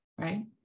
Right